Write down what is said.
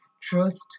Trust